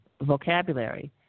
vocabulary